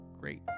great